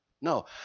No